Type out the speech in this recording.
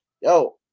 yo